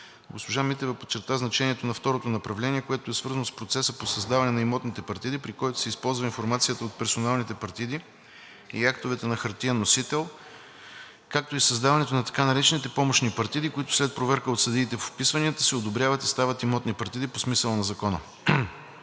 Госпожа Митева подчерта значението на второто направление, което е свързано с процеса по създаване на имотните партиди, при който се използва информацията от персоналните партиди и актовете на хартиен носител, както и създаването на така наречените помощни партиди, които след проверка от съдиите по вписванията се одобряват и стават имотни партиди по смисъла на Закона